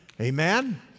Amen